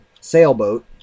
sailboat